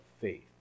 faith